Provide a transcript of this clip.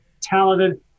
talented